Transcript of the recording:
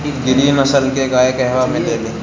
गिरी नस्ल के गाय कहवा मिले लि?